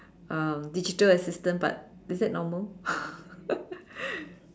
um digital assistant but is that normal